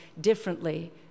differently